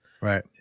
Right